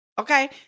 Okay